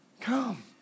Come